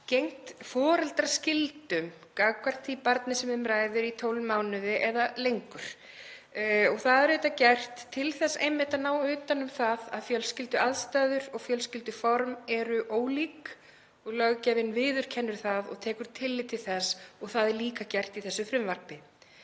gegnt foreldraskyldum gagnvart því barni sem um ræðir 12 mánuði eða lengur. Það er auðvitað gert til þess einmitt að ná utan um það að fjölskylduaðstæður og fjölskylduform eru ólík. Löggjafinn viðurkennir það og tekur tillit til þess og það er líka gert í þessu frumvarpi.